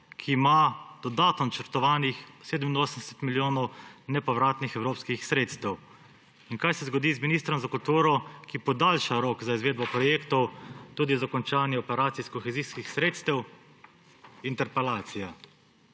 ki ima dodatno načrtovanih 87 milijonov nepovratnih evropskih sredstev? In kaj se zgodi z ministrom za kulturo, ki podaljša rok za izvedbo projektov, tudi za končanje operacij iz kohezijskih sredstev? Interpelacija.